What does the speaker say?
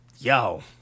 Yo